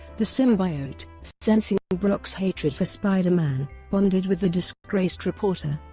the symbiote sensing brock's hatred for spider-man bonded with the disgraced reporter.